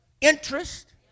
interest